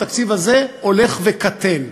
התקציב הזה הולך וקטן,